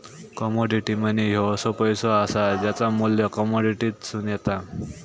commodity money ह्यो असो पैसो असा ज्याचा मू्ल्य कमोडिटीतसून येता